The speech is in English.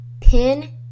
pin